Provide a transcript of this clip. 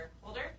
holder